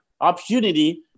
opportunity